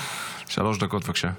שלוש דקות, בבקשה.